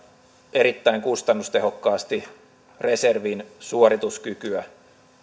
erittäin kustannustehokkaasti reservin suorituskykyä